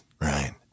right